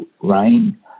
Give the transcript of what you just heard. rain